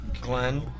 Glenn